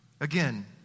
again